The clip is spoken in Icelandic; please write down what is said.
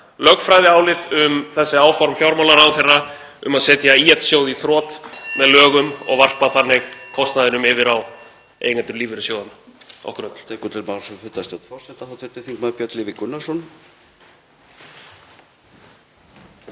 lögfræðiálit um þessi áform fjármálaráðherra um að setja ÍL-sjóð í þrot með lögum og varpa þannig kostnaðinum yfir á eigendur lífeyrissjóðanna.